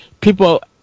people